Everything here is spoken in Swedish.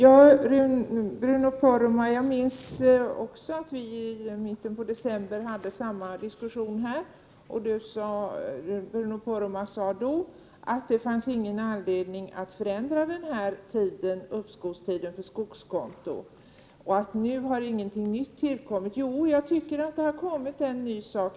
Fru talman! Jag minns också, Bruno Poromaa, att vi i mitten på december hade samma diskussion här och att Bruno Poromaa då sade att det inte fanns någon anledning att förändra uppskovstiden för skogskonto. Han menar att inget nytt nu har tillkommit. Jo, jag tycker att det har tillkommit en ny sak.